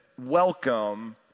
welcome